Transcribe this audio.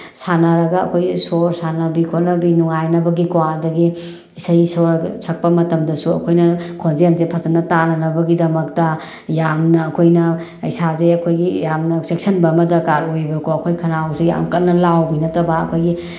ꯁꯥꯟꯅꯔꯒ ꯑꯩꯈꯣꯏ ꯁꯣꯔ ꯁꯥꯟꯅꯕꯤ ꯈꯣꯠꯅꯕꯤ ꯅꯨꯡꯉꯥꯏꯅꯕꯒꯤꯀꯣ ꯑꯗꯒꯤ ꯏꯁꯩꯁꯣꯔ ꯁꯛꯄ ꯃꯇꯝꯗꯁꯨ ꯑꯩꯈꯣꯏꯅ ꯈꯣꯟꯖꯦꯜꯁꯦ ꯐꯖꯅ ꯇꯥꯅꯅꯕꯒꯤꯗꯃꯛꯇ ꯌꯥꯝꯅ ꯑꯩꯈꯣꯏꯅ ꯏꯁꯥꯁꯦ ꯑꯩꯈꯣꯏꯒꯤ ꯌꯥꯝꯅ ꯆꯦꯛꯁꯤꯟꯕ ꯑꯃ ꯗꯔꯀꯥꯔ ꯑꯣꯏꯌꯦꯕꯀꯣ ꯑꯩꯈꯣꯏ ꯈꯧꯅꯥꯎꯁꯦ ꯌꯥꯝ ꯀꯟꯅ ꯂꯥꯎꯕꯤ ꯅꯠꯇꯕ ꯑꯩꯈꯣꯏꯒꯤ